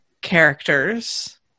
characters